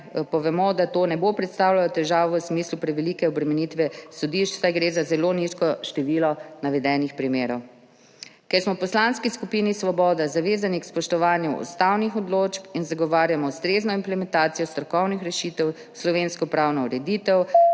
povemo, da to ne bo predstavljalo težav v smislu prevelike obremenitve sodišč, saj gre za zelo nizko število navedenih primerov. Ker smo v Poslanski skupini Svoboda zavezani k spoštovanju ustavnih odločb in zagovarjamo ustrezno implementacijo strokovnih rešitev v slovensko pravno ureditev,